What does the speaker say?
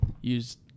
use